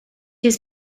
his